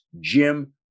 Jim